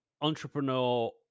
entrepreneur